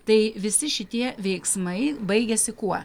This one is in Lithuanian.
tai visi šitie veiksmai baigiasi kuo